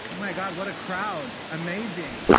my god, what a crowd. amazing.